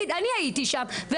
אני הייתי שם,